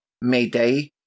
Mayday